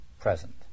present